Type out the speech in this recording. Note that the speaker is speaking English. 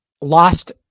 Lost